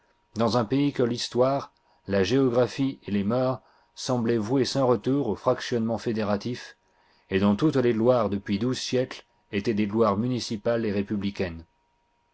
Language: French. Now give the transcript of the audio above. ans un pays que l'histoire la géographie et les mœurs semblaient vouer sans retour au fractionnement fédératif et dont toutes les gloires depuis douze siècles étaient des gloires municipales et républicaines